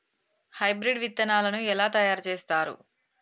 Hybrid విత్తనాలను ఎలా తయారు చేస్తారు?